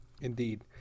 Indeed